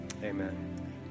Amen